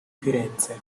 firenze